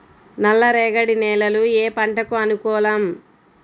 నల్ల రేగడి నేలలు ఏ పంటకు అనుకూలం?